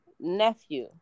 nephew